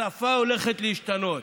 השפה הולכת להשתנות.